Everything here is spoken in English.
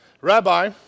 Rabbi